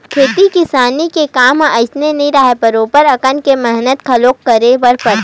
खेती किसानी के काम ह अइसने नइ राहय बरोबर हकन के मेहनत घलो करे बर परथे